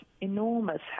enormous